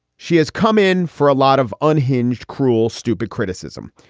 she has come in for a lot of unhinged, cruel, stupid criticism,